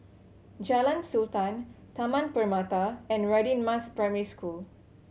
Jalan Sultan Taman Permata and Radin Mas Primary School